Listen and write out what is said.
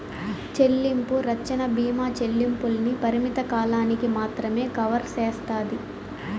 చెల్లింపు రచ్చన బీమా చెల్లింపుల్ని పరిమిత కాలానికి మాత్రమే కవర్ సేస్తాది